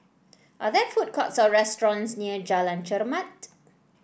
are there food courts or restaurants near Jalan Chermat